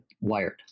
wired